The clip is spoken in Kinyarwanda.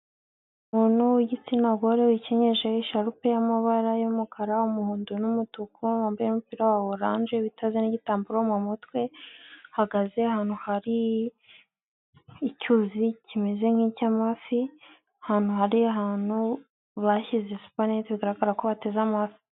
umuntu w'igitsina gore wikenyesheje ishalupe y'amabara y'umukara, umuhondo n'umutuku, wambaye n'umupira wa oranje, witeze n'gitambaro mu mutwe, ahagaze ahantu hari icyuzi kimeze nk'icy'amafi, ahantu hari ahantu bashyize supanete bigaragara ko hateze amafi.